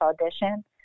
audition